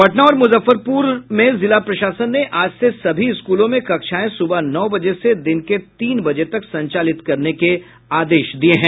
पटना और मुजफ्फरपुर में जिला प्रशासन ने आज से सभी स्कूलों में कक्षाएं सुबह नौ बजे से दिन के तीन बजे तक संचालित करने के आदेश दिये हैं